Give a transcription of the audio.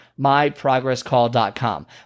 MyProgressCall.com